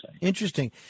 Interesting